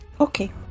Okay